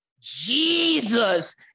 Jesus